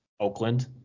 Oakland